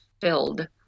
filled